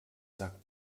sack